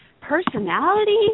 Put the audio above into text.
personality